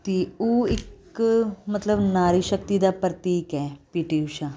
ਅਤੇ ਉਹ ਇੱਕ ਮਤਲਬ ਨਾਰੀ ਸ਼ਕਤੀ ਦਾ ਪ੍ਰਤੀਕ ਹੈ ਪੀਟੀ ਊਸ਼ਾ